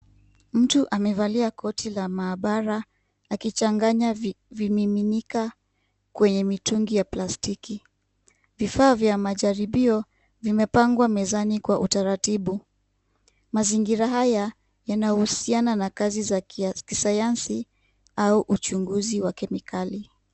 Mtu amevalia koti la maabara, akichanganya , vimiminika kwenye mitungi ya plastiki. Vifaa vya majaribio vimepangwa mezani kwa utaratibu. Mazingira haya yanahusiana na kazi za kiasi, kisayansi au uchunguzi wa kemikali.